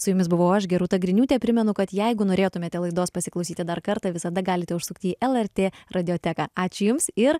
su jumis buvau aš gerūta griniūtė primenu kad jeigu norėtumėte laidos pasiklausyti dar kartą visada galite užsukti į el er tė radijoteką ačiū jums ir